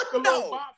No